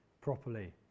properly